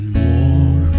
more